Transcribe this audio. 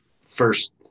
First